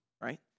right